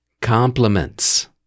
compliments